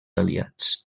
aliats